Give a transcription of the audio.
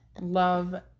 love